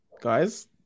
guys